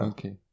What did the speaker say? Okay